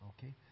Okay